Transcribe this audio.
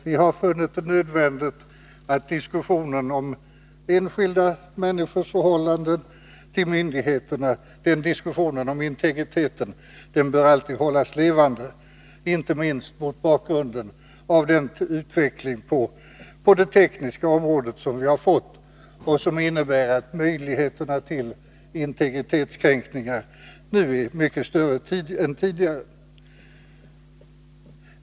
Vi har funnit det nödvändigt att diskussionen om enskilda människors förhållande till myndigheterna och den därmed sammanhängande diskussionen om integriteten alltid hålls levande — inte minst mot bakgrund av den utveckling på det tekniska området som vi har fått och som innebär att möjligheterna till integritetskränkningar nu är mycket större än tidigare.